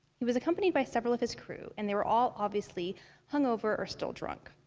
he was accompanied by several of his crew, and they were all obviously hung over or still drunk.